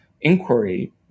inquiry